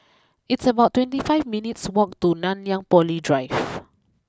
it's about twenty five minutes walk to Nanyang Poly Drive